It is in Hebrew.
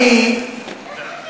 אני רוצה לומר לך את הדבר הבא.